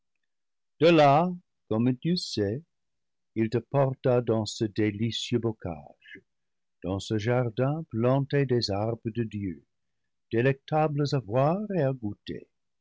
de là comme tu sais il te porta dans ce délicieux bocage dans ce jardin planté des arbres de dieu délectables à voir et à goûter